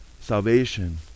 salvation